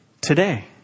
today